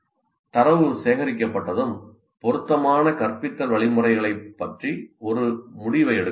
தரவு சேகரிக்கப்பட்டதும் பொருத்தமான கற்பித்தல் வழிமுறைகளைப்பற்றி ஒரு முடிவை எடுக்க முடியும்